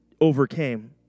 overcame